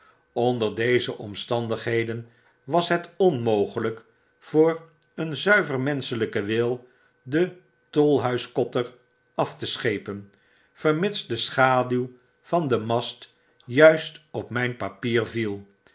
onder deze omstandigheden was het onmogelnk voor een zuiver menschelyken wii den tolhuiskotter af te schepen vermits de schaduw van den mast juist op myn papier vie